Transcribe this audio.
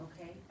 okay